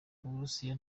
uburusiya